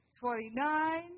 twenty-nine